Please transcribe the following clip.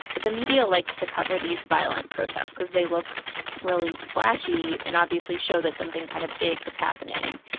the media likes to cover these violent protests because they look really splashy and obviously show that something kind of big is happening.